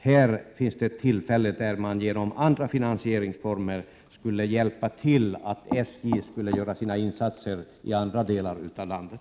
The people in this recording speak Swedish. Här är ett tillfälle där man genom andra finansieringsformer skulle kunna hjälpa SJ att göra sina insatser i andra delar av landet.